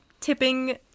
tipping